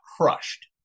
crushed